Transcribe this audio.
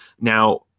now